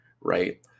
right